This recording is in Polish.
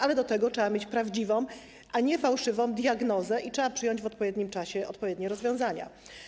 Ale do tego trzeba mieć prawdziwą, a nie fałszywą diagnozę i trzeba przyjąć w odpowiednim czasie odpowiednie rozwiązania.